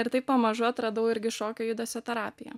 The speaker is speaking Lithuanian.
ir taip pamažu atradau irgi šokio judesio terapiją